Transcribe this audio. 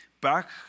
back